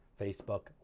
Facebook